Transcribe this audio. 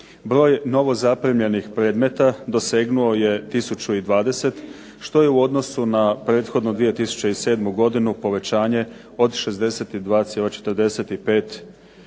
Broj novozaprimljenih predmeta dosegnuo je tisuću i 20 što je u odnosu na prethodnu 2007. povećanje od 62,45%.